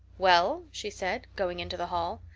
well? she said, going into the hall.